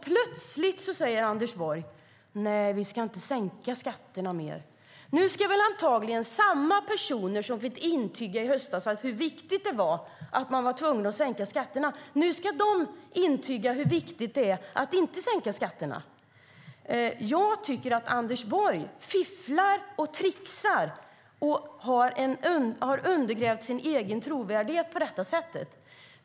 Plötsligt säger Anders Borg: Nej, vi ska inte sänka skatterna mer. Nu ska antagligen samma personer som i höstas fick intyga hur viktigt det var att sänka skatterna intyga hur viktigt det är att inte sänka skatterna. Jag tycker att Anders Borg fifflar och tricksar och har undergrävt sin egen trovärdighet på detta sätt.